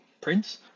Prince